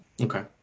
Okay